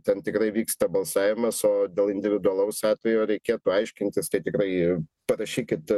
ten tikrai vyksta balsavimas o dėl individualaus atvejo reikėtų aiškintis tai tikrai parašykit